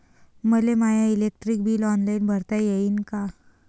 मले माय electric bill online भरता येईन का?